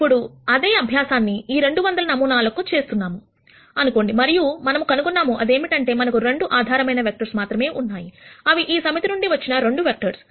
ఇప్పుడు అదే అభ్యాసాన్ని ఈ 200 నమూనాలకు చేస్తున్నాము అనుకోండి మరియు మనము కనుగొన్నాము అదేమిటంటే మనకు 2 ఆధారమైన వెక్టర్స్ మాత్రమే ఉన్నాయి అవి ఈ సమితి నుండి వచ్చిన 2 వెక్టర్స్